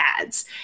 ads